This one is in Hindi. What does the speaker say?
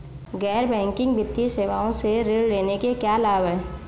गैर बैंकिंग वित्तीय सेवाओं से ऋण लेने के क्या लाभ हैं?